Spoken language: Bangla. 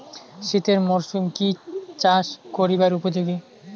শীতের মরসুম কি চাষ করিবার উপযোগী?